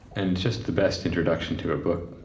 and just the best introduction to a book,